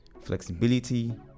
flexibility